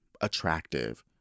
attractive